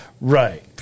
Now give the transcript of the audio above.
right